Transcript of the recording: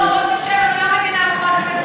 אני לא מגִנה על חברת הכנסת זועבי,